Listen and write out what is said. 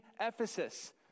Ephesus